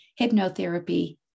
hypnotherapy